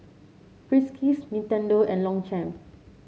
Friskies Nintendo and Longchamp